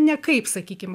ne kaip sakykim